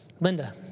Linda